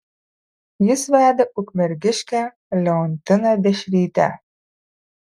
jis vedė ukmergiškę leontiną dešrytę